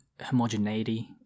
homogeneity